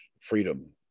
freedom